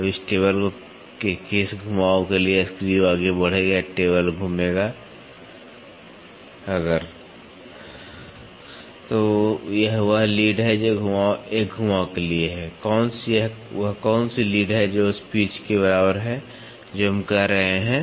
अब इस टेबल के किस घुमाव के लिए स्क्रू आगे बढ़ेगा या टेबल घूमेगा अगर तो यह वह लीड है जो एक घुमाव के लिए है वह कौन सी लीड है जो उस पिच के बराबर है जो हम कह रहे हैं